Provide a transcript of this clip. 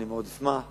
ואני מאוד אשמח.